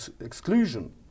exclusion